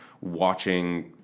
watching